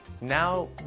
now